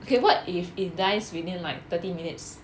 okay what if it dies within like thirty minutes